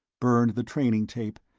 burned the training tape,